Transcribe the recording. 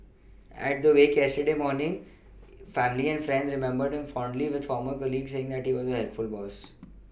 at the wake yesterday morning family and friends remembered him fondly with former colleagues saying he was a helpful boss